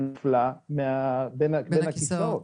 וגם התעקשתי שבמועצה להשכלה גבוהה ישלחו נציגה מהחברה הערבית.